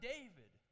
David